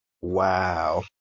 Wow